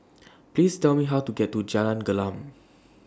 Please Tell Me How to get to Jalan Gelam